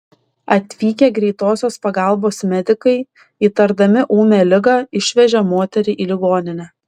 atvykę greitosios pagalbos medikai įtardami ūmią ligą išvežė moterį į ligoninę